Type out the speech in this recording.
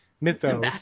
mythos